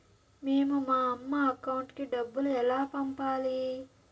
మేము మా అమ్మ అకౌంట్ కి డబ్బులు ఎలా పంపాలి